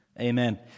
amen